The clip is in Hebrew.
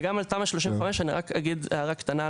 וגם על תמ"א 35 אגיד הערה קטנה,